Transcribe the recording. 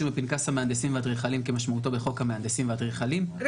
בפנקס המהנדסים והאדריכלים כמשמעותו בחוק המהנדסים והאדריכלים,